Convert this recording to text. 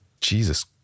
Jesus